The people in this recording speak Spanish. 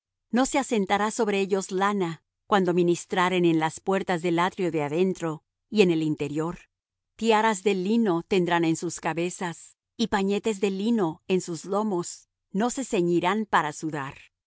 no asentará sobre ellos lana cuando ministraren en las puertas del atrio de adentro y en el interior tiaras de lino tendrán en sus cabezas y pañetes de lino en sus lomos no se ceñirán para sudar